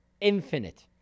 infinite